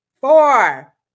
four